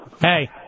Hey